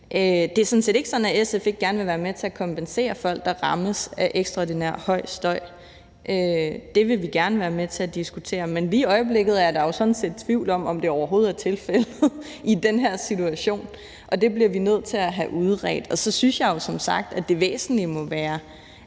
Det er sådan set ikke sådan, at SF ikke gerne vil være med til at kompensere folk, der rammes af ekstraordinær høj støj. Det vil vi gerne være med til at diskutere. Men lige i øjeblikket er der sådan set tvivl om, om det overhovedet er tilfældet i den her situation. Det bliver vi nødt til at have udredt. Så synes jeg jo som sagt, at det væsentlige må være,